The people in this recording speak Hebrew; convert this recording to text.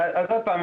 עוד פעם,